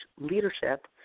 leadership